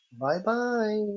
Bye-bye